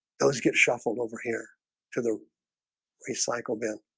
those get shuffled over here to the recycle bin